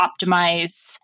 optimize